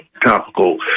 topical